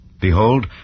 Behold